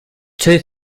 two